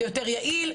זה יותר יעיל,